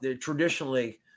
traditionally –